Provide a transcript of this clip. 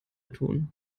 tun